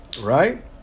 right